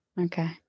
Okay